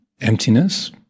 emptiness